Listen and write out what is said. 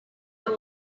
have